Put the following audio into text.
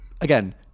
again